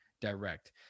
direct